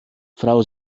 frau